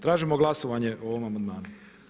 Tražimo glasovanje o ovom amandmanu.